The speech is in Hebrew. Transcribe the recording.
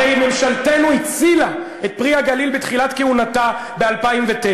הרי ממשלתנו הצילה את "פרי הגליל" בתחילת כהונתה ב-2009.